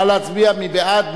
נא להצביע, מי בעד?